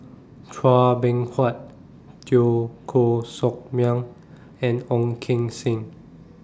Chua Beng Huat Teo Koh Sock Miang and Ong Keng Sen